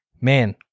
man